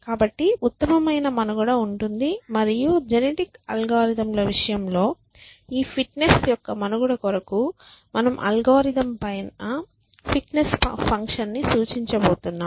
కాబట్టి ఉత్తమమైన మనుగడ ఉంటుంది మరియు జెనెటిక్ అల్గోరిథంల విషయంలో ఈ ఫిట్నెస్ యొక్క మనుగడ కొరకు మనము అల్గోరిథం పైన ఫిట్నెస్ ఫంక్షన్ ను సూచించబోతున్నాం